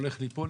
הולך ליפול,